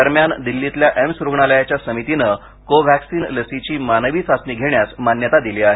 दरम्यान दिल्लीतल्या एम्स रुग्णालयाच्या समितीने को व्हाक्सीन लसीची मानवी चाचणी घेण्यास मान्यता दिली आहे